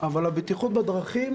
אבל הבטיחות בדרכים